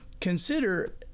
consider